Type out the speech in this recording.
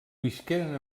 visqueren